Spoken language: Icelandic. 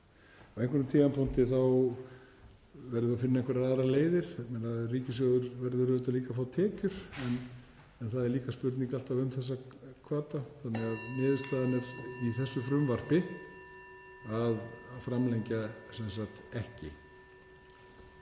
á einhverjum tímapunkti verðum við að finna einhverjar aðrar leiðir þar sem ríkissjóður verður auðvitað líka að fá tekjur. En það er líka spurning alltaf um þessa hvata. (Forseti hringir.) Niðurstaðan er í þessu frumvarpi að framlengja ekki.